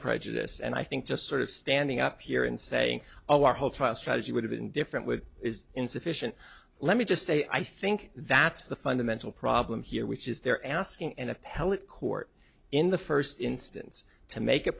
prejudice and i think just sort of standing up here and saying oh our whole trial strategy would have been different what is insufficient let me just say i think that's the fundamental problem here which is they're asking an appellate court in the first instance to make